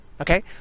Okay